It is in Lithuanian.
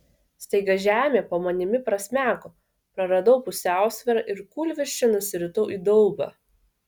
staiga žemė po manimi prasmego praradau pusiausvyrą ir kūlvirsčia nusiritau į daubą